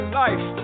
life